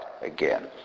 again